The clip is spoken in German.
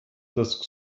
das